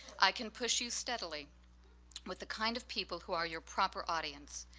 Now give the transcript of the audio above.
i can push you steadily with the kind of people who are your proper audience.